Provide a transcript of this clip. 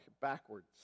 backwards